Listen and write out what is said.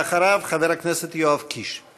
אחריו, חבר הכנסת יואב קיש.